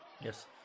Yes